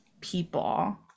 people